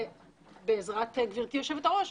בעזרת גברתי יושבת הראש,